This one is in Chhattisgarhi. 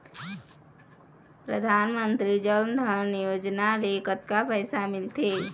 परधानमंतरी जन धन योजना ले कतक पैसा मिल थे?